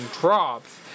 drops